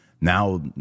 now